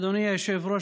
אדוני היושב-ראש,